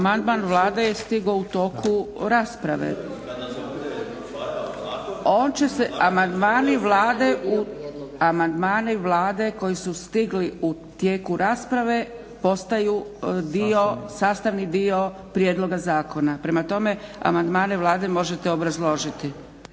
Amandman Vlade je stigao u toku rasprave. On će se, amandmani Vlade koji su stigli u tijeku rasprave postaju dio, sastavni dio prijedloga zakona. Prema tome amandmane Vlade možete obrazložiti.